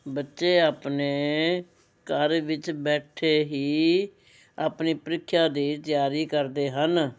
ਬੱਚੇ ਆਪਣੇ ਘਰ ਵਿੱਚ ਬੈਠੇ ਹੀ ਆਪਣੀ ਪ੍ਰੀਖਿਆ ਦੀ ਤਿਆਰੀ ਕਰਦੇ ਹਨ